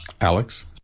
Alex